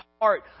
heart